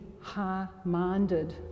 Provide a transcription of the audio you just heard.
high-minded